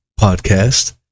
podcast